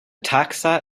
taxa